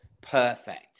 perfect